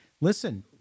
listen